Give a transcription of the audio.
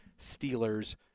Steelers